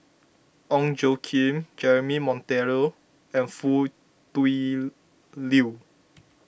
Ong Tjoe Kim Jeremy Monteiro and Foo Tui Liew